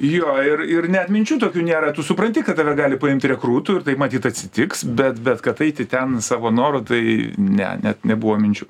jo ir ir net minčių tokių nėra tu supranti kad tave gali paimt rekrūtu ir taip matyt atsitiks bet bet kad eiti ten savo noru tai ne net nebuvo minčių